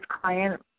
client